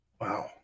Wow